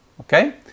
Okay